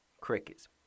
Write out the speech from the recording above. Crickets